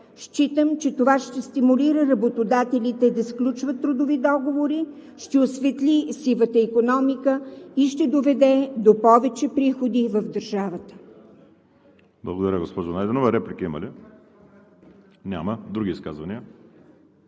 Считам, че това ще стимулира работодателите да сключват трудови договори, ще осветли сивата икономика и ще доведе до повече приходи в държавата.